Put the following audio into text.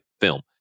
film